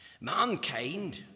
mankind